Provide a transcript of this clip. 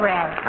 Red